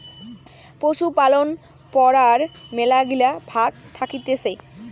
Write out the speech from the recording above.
পশুপালন পড়ার মেলাগিলা ভাগ্ থাকতিছে